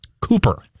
Cooper